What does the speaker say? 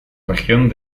región